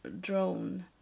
drone